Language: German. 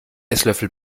esslöffel